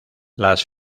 las